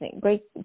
Great